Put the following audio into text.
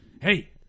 Hey